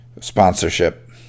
sponsorship